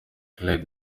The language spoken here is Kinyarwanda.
claire